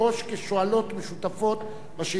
כשואלות משותפות בשאילתא הזאת.